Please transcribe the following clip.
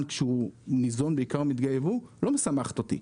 כשהוא ניזון בעיקר מדגי ייבוא לא משמח אותי.